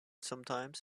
sometimes